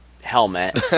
helmet